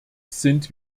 sind